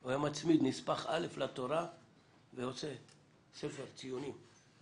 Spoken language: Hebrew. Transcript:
הוא היה מצמיד נספח א' לתורה ועושה ספר ציונים.